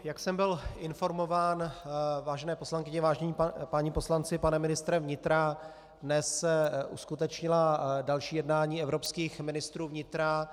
Jak jsem byl informován, vážené poslankyně, vážení páni poslanci, panem ministrem vnitra, dnes se uskutečnila další jednání evropských ministrů vnitra.